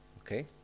Okay